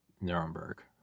Nuremberg